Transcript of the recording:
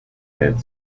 and